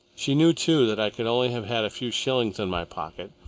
she knew, too, that i could only have had a few shillings in my pocket,